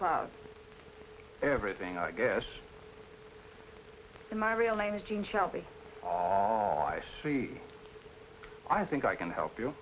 clouds everything i guess in my real name is jane shelby i see i think i can help you